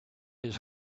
his